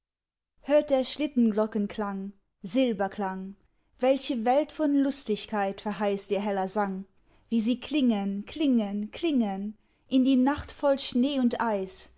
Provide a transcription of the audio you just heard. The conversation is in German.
hört der schlittenglocken klang silberklang welche welt von lustigkeit verheißt ihr heller sang wie sie klingen klingen klingen in die nacht voll schnee und eis